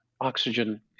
oxygen